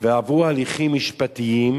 ועברו הליכים משפטיים,